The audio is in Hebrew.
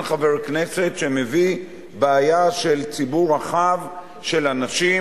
חבר כנסת שמביא בעיה של ציבור רחב של אנשים,